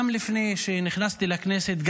גם לפני שנכנסתי לכנסת,